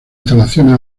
instalaciones